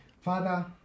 father